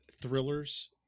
thrillers